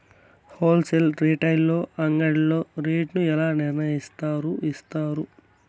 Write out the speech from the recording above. Whole sale retail అంగడ్లలో rate ను ఎలా నిర్ణయిస్తారు యిస్తారు?